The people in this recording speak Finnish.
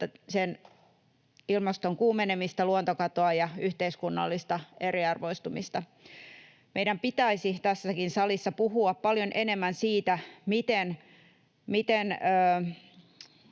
ilmaston kuumenemista, luontokatoa ja yhteiskunnallista eriarvoistumista. Meidän pitäisi tässäkin salissa puhua paljon enemmän siitä, miten...